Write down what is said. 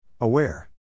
Aware